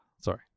Sorry